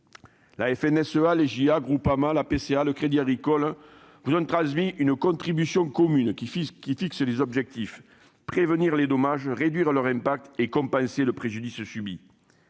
des chambres d'agriculture (APCA) et le Crédit agricole vous ont transmis une contribution commune qui fixe les objectifs : prévenir les dommages, réduire leurs impacts et compenser le préjudice subi.